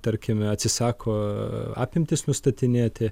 tarkime atsisako apimtis nustatinėti